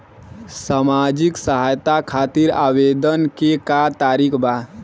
सामाजिक सहायता खातिर आवेदन के का तरीका बा?